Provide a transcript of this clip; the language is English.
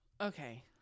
okay